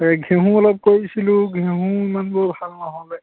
এই ঘেঁহু অলপ কৰিছিলোঁ ঘেঁহু ইমান বৰ ভাল নহ'লে